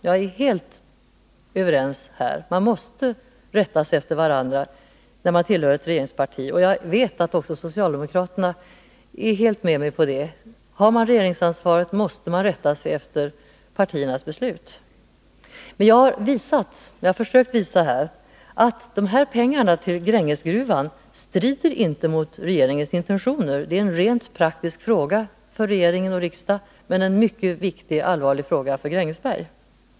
Jag är helt på det klara med att man måste rätta sig efter varandra när man tillhör ett regeringsparti. Jag vet att också socialdemokraterna helt håller med mig om det. Har man regeringsansvaret måste man rätta sig efter partiernas beslut. Men jag har försökt visa att dessa pengar till Grängesgruvan inte strider mot regeringens intentioner. Det är en rent praktisk fråga för regering och riksdag, men en mycket viktig och allvarlig fråga för Grängesberg.